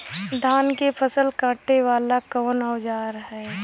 धान के फसल कांटे वाला कवन औजार ह?